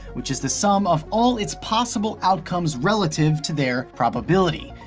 which is the sum of all its possible outcomes relative to their probability.